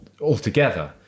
altogether